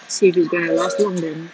see if it's going to last long then